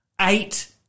Eight